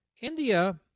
India